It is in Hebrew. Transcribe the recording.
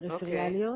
פריפריאליות